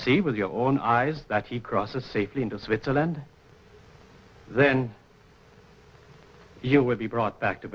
see with your own eyes that he crosses safely into switzerland then you will be brought back to